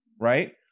right